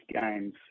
games